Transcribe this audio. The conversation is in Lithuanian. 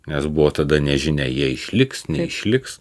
nes buvo tada nežinia jie išliks neišliks